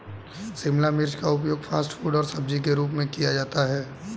शिमला मिर्च का उपयोग फ़ास्ट फ़ूड और सब्जी के रूप में किया जाता है